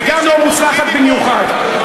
וגם לא מוצלחת במיוחד,